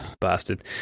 bastard